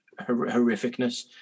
horrificness